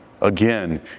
Again